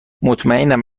مطمئنم